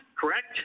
correct